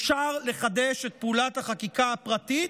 אפשר לחדש את פעולת החקיקה הפרטית,